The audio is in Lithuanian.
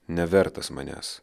nevertas manęs